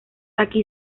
aquí